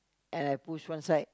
and I push one side